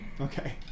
Okay